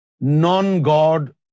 non-God